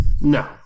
No